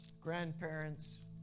grandparents